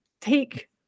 take